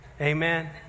Amen